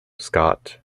scott